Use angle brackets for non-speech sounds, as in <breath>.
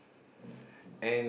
<breath>